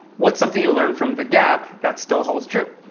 what's something you learned from the gap that still holds true.